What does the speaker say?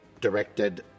directed